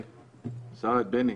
יש מישהו ממינהל מקרקעי ישראל?